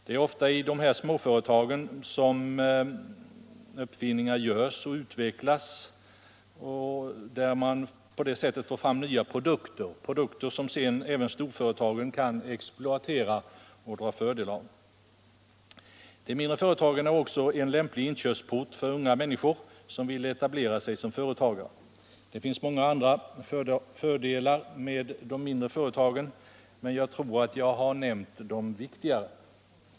Det är ofta i de många småföretagen som uppfinningar görs och utveckling av nya produkter sker — produkter som sedan även storföretagen kan exploatera och dra fördel av. De mindre företagen är också en lämplig inkörsport för unga människor, som vill etablera sig som företagare. Det finns många andra fördelar med mindre företag, men jag tror att jag har nämnt de viktigaste.